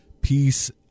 Peace